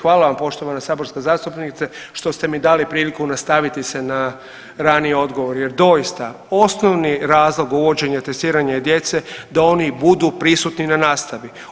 Hvala vam poštovana saborska zastupnice što ste mi dali priliku nastaviti se na raniji odgovor jer doista osnovni razlog uvođenja testiranja je djece da oni budu prisutni na nastavi.